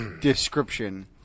description